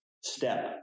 step